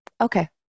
Okay